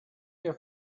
your